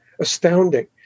astounding